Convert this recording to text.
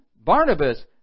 Barnabas